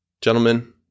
Gentlemen